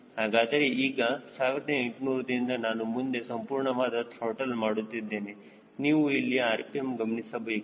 ಹಾಗಾದರೆ ಈಗ 1800 ದಿಂದ ನಾನು ಮುಂದೆ ಸಂಪೂರ್ಣವಾದ ತ್ರಾಟಲ್ ಮಾಡುತ್ತೇನೆ ನೀವು ಇಲ್ಲಿ rpm ಗಮನಿಸಬೇಕು